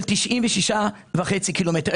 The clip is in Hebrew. של 96.5 קילומטר.